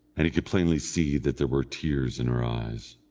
and he could plainly see that there were tears in her eyes.